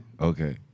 Okay